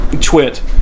twit